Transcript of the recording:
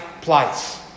place